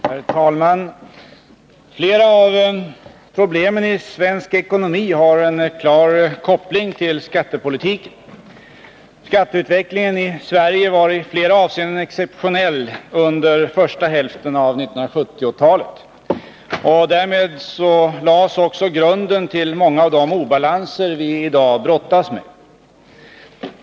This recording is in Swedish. Herr talman! Flera av problemen i svensk ekonomi har en klar koppling till skattepolitiken. Skatteutvecklingen i Sverige var i flera avseenden exceptionell under första hälften av 1970-talet, och därmed lades också grunden till många av de obalanser vi i dag brottas med.